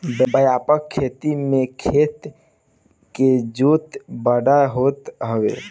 व्यापक खेती में खेत के जोत बड़ होत हवे